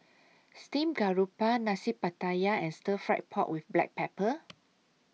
Steamed Garoupa Nasi Pattaya and Stir Fry Pork with Black Pepper